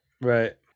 Right